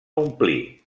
omplir